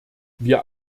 wir